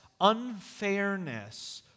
unfairness